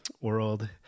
world